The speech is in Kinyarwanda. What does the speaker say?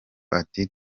ati